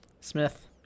Smith